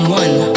one